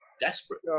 desperate